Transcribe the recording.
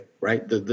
right